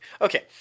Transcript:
Okay